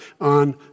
on